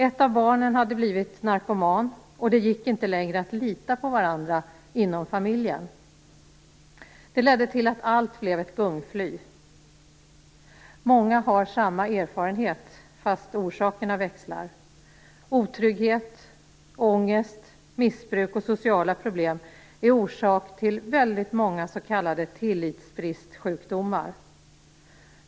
Ett av barnen hade blivit narkoman, och det gick inte längre att lita på varandra inom familjen. Det ledde till att allt blev ett gungfly. Många har samma erharenhet, fastän orsakerna växlar. Otrygghet, ångest, missbruk och sociala problem är orsak till väldigt många s.k. tillitsbristsjukdomar.